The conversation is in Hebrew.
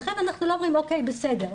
לכן אנחנו לא אומרים 'או.קיי, בסדר'.